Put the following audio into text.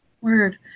word